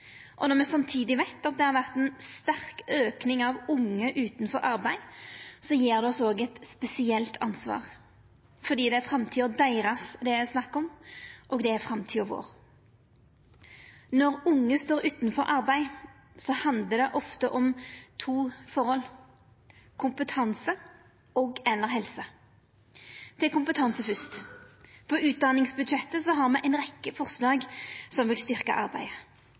Når me samtidig veit at det har vore ein sterk auke i talet på unge utanfor arbeid, gjev det oss eit spesielt ansvar, fordi det er framtida deira det er snakk om, og det er framtida vår. Når unge står utanfor arbeid, handlar det ofte om to forhold: kompetanse og/eller helse. Til kompetanse først: På utdanningsbudsjettet har me ei rekkje forslag som vil styrkja arbeidet,